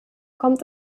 kommt